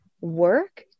work